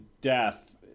death